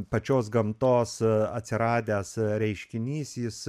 pačios gamtos atsiradęs reiškinys jis